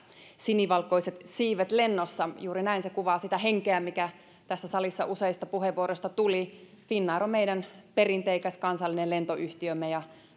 sinivalkoiset siivet lennossa juuri näin ja se kuvaa sitä henkeä mikä tässä salissa useista puheenvuoroista tuli finnair on meidän perinteikäs kansallinen lentoyhtiömme ja